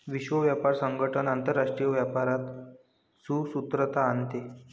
विश्व व्यापार संगठन आंतरराष्ट्रीय व्यापारात सुसूत्रता आणते